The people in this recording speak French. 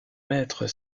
maîtres